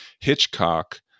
Hitchcock